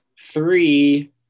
three